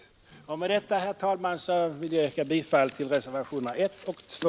Med detta, herr talman, vill jag yrka bifall till reservationerna 1 och 2.